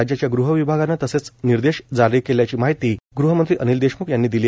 राज्याच्या गृहविभागानं तसे निर्देश जारी केल्याची माहिती गृहमंत्री अनिल देशम्ख यांनी दिली